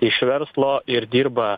iš verslo ir dirba